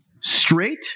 straight